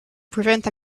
prevent